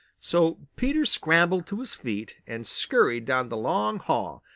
so peter scrambled to his feet and scurried down the long hall,